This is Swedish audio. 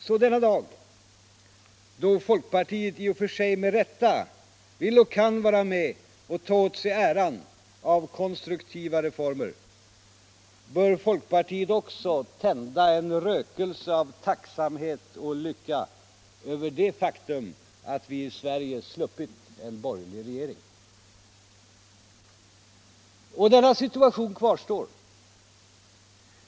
Så denna dag, då folkpartiet i och för sig med rätta vill och kan vara med och ta åt sig äran av konstruktiva reformer, bör folkpartiet också tända en rökelse av tacksamhet och lycka över det faktum att vi i Sverige sluppit en borgerlig regering. Och denna situation kvarstår.